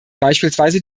beispielsweise